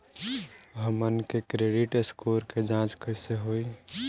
हमन के credit score के जांच कैसे होइ?